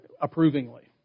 approvingly